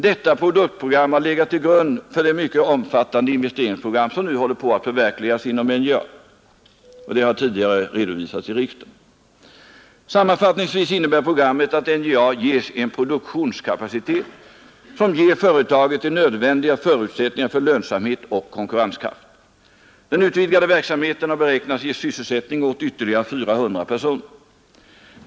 Detta produktprogram har legat till grund för det mycket omfattande investeringsprogram som nu håller på att förverkligas inom NJA. Detta har tidigare redovisats i riksdagen. Sammanfattningsvis innebär programmet att NJA får produktionskapacitet som ger företaget de nödvändiga förutsättningarna för lönsam het och konkurrenskraft. Den utvidgade verksamheten har beräknats ge sysselsättning åt ytterligare 400 personer.